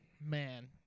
man